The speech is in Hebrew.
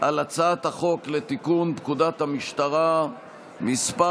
על הצעת החוק לתיקון פקודת המשטרה (מס'